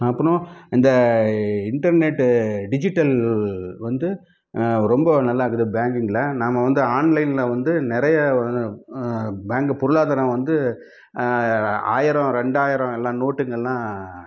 அப்புறம் இந்த internet digital வந்து ரொம்ப நல்லாயிருக்குது பேங்கிங்கில் நாம் வந்து ஆன்லைனில் வந்து நிறைய பேங்க் பொருளாதாரம் வந்து ஆயிரம் ரெண்டாயிரம் எல்லா நோட்டுங்கன்னா